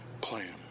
plan